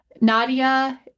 Nadia